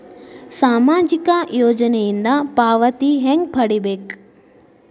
ಸಾಮಾಜಿಕ ಯೋಜನಿಯಿಂದ ಪಾವತಿ ಹೆಂಗ್ ಪಡಿಬೇಕು?